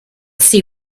see